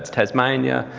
tasmania,